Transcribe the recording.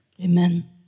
Amen